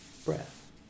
breath